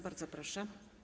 Bardzo proszę.